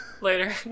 Later